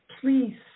please